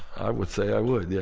i would say i would, yeah.